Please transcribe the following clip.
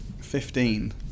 Fifteen